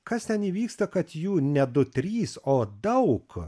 kas ten įvyksta kad jų ne du trys o daug